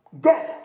God